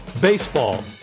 Baseball